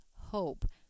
hope